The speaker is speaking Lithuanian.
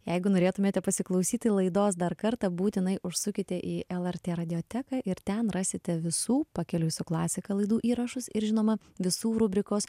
jeigu norėtumėte pasiklausyti laidos dar kartą būtinai užsukite į lrt radioteką ir ten rasite visų pakeliui su klasika laidų įrašus ir žinoma visų rubrikos